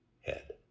head